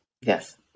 Yes